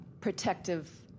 protective